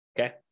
okay